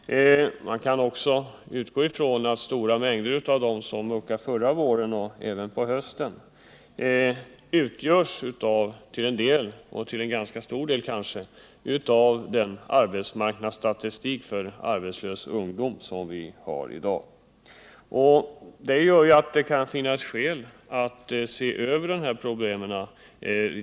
Man kan också utgå ifrån att en ganska stor del av dem som ryckte ut under våren liksom även på hösten förra året tillhör dem som är registrerade i dagens arbetslöshetsstatistik. Det kan därför finnas skäl att se över dessa problem.